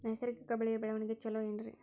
ನೈಸರ್ಗಿಕ ಬೆಳೆಯ ಬೆಳವಣಿಗೆ ಚೊಲೊ ಏನ್ರಿ?